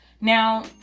Now